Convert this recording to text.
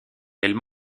elle